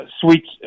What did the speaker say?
sweets